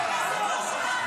הינה שר.